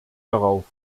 darauf